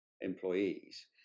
employees